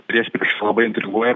priešprieša labai intriguoja